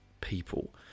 people